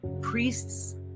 priests